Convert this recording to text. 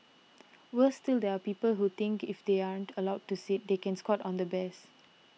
worse still there are people who think if they aren't allowed to sit they can squat on the bears